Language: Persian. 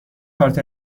کارت